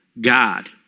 God